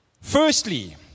Firstly